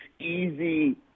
easy